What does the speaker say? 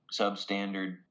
substandard